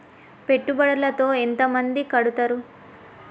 పెట్టుబడుల లో ఎంత మంది కడుతరు?